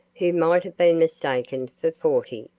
who might have been mistaken for forty,